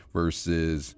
versus